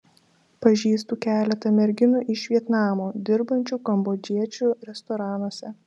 pažįstu keletą merginų iš vietnamo dirbančių kambodžiečių restoranuose